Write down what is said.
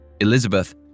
Elizabeth